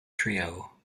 trio